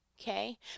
okay